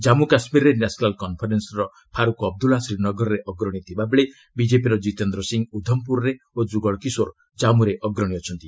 ଜାମ୍ମୁ କାଶ୍ମୀରରେ ନ୍ୟାସନାଲ୍ କନ୍ଫରେନ୍ସର ଫାରୁଖ୍ ଅବଦୁଲ୍ଲା ଶ୍ରୀନଗରରେ ଅଗ୍ରଣୀ ଥିବାବେଳେ ବିଜେପିର କ୍ରିତେନ୍ଦ୍ର ସିଂହ ଉଦ୍ଧମପୁରରେ ଓ ଯୁଗଳକିଶୋର ଜାମ୍ମୁରେ ଅଗ୍ରଣୀ ଅଛନ୍ତି